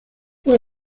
fue